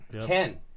Ten